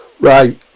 Right